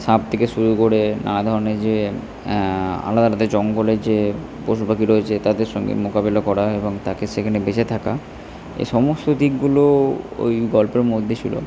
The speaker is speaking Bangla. সাপ থেকে শুরু করে নানা ধরণের যে আলাদা আলাদা জঙ্গলের যে পশু পাখি রয়েছে তাদের সঙ্গে মোকাবেলা করা এবং তাকে সেখানে বেঁচে থাকা এসমস্ত দিকগুলো ওই গল্পের মধ্যে ছিলো